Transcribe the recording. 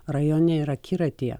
rajone ir akiratyje